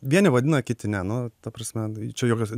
vieni vadina kiti ne nu ta prasme čia jokios